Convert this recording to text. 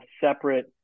separate